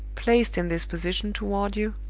placed in this position toward you,